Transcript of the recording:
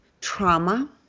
trauma